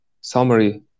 summary